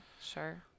sure